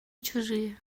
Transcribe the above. чужие